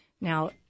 Now